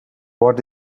what